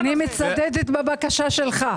אני בעד הבקשה שלך.